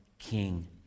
King